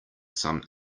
some